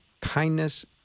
kindness